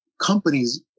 companies